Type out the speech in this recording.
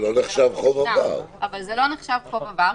את זה בוודאי הוא צריך, אבל זה לא נחשב חוב עבר.